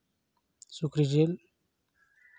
ᱥᱩᱠᱨᱤ ᱡᱤᱞ